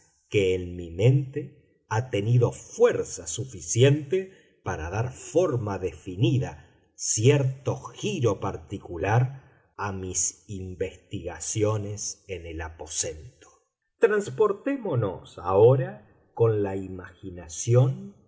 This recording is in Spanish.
que en mi mente ha tenido fuerza suficiente para dar forma definida cierto giro particular a mis investigaciones en el aposento transportémonos ahora con la imaginación